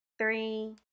three